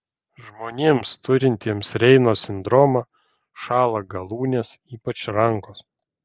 žmonėms turintiems reino sindromą šąla galūnės ypač rankos